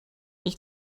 ich